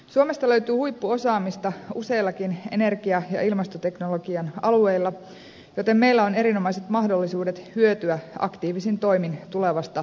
suomesta löytyy huippuosaamista useillakin energia ja ilmastoteknologian alueilla joten meillä on erinomaiset mahdollisuudet hyötyä aktiivisin toimin tulevasta markkinamuutoksesta